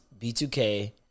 B2K